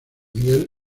miguel